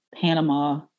Panama